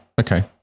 Okay